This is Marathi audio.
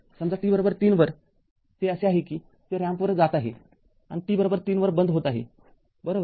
समजा t ३ वर ते असे आहे की ते रॅम्पवर जात आहे आणि t३ वर बंद होते बरोबर